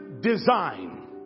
design